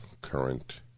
current